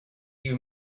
you